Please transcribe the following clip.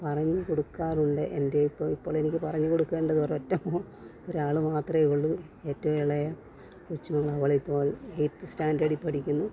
പറഞ്ഞുകൊടുക്കാറുണ്ട് എൻ്റെ ഇപ്പോളെനിക്ക് പറഞ്ഞുകൊടുക്കേണ്ടത് ഒരൊറ്റ ഒരാൾ മാത്രമേ ഉള്ളൂ എറ്റവും ഇളയ കൊച്ചുമകൾ അവൾ ഇപ്പോൾ എയിറ്റ്ത് സ്റ്റാൻഡേഡിൽ പഠിക്കുന്നു